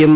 M